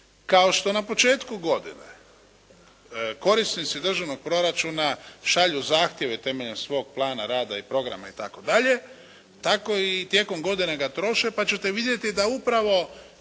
kao što na početku godine korisnici državnog proračuna šalju zahtjeve temeljem svog rada i programa itd. tako i tijekom godine ga troše, pa ćete vidjeti da upravo